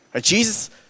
Jesus